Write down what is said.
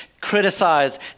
criticize